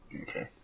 Okay